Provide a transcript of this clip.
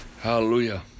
Hallelujah